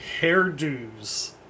hairdos